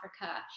Africa